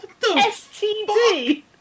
STD